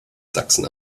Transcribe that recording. sachsen